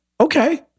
okay